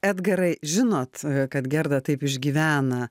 edgarai žinot kad gerda taip išgyvena